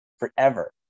forever